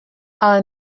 ale